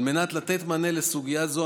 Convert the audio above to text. על מנת לתת מענה לסוגיה זו,